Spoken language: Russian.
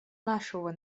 нашего